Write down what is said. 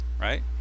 right